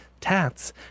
tats